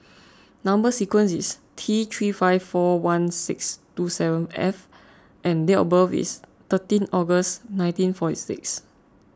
Number Sequence is T three five four one six two seven F and date of birth is thirteen August nineteen forty six